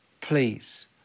please